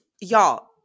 y'all